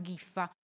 Giffa